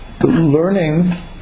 learning